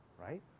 right